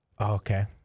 Okay